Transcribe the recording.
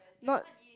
not